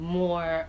more